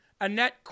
Annette